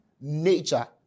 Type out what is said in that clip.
nature